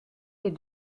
les